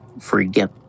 forget